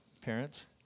Parents